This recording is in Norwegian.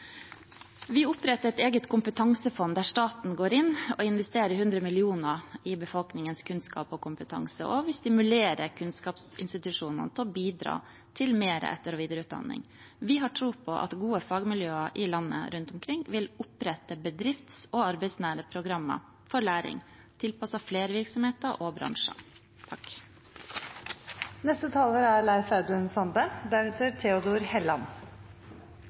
vil opprette et eget kompetansefond, der staten går inn og investerer 100 mill. kr i befolkningens kunnskap og kompetanse, og vi stimulerer kunnskapsinstitusjonene til å bidra til mer etter- og videreutdanning. Vi har tro på at gode fagmiljøer rundt omkring i landet vil opprette bedrifts- og arbeidsnære programmer for læring som er tilpasset flere virksomheter og bransjer.